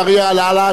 אנחנו מבקשים,